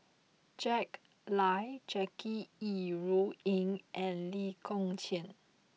Jack Lai Jackie Yi Ru Ying and Lee Kong Chian